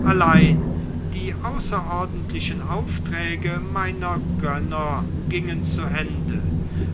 allein die außerordentlichen aufträge meiner gönner gingen zu ende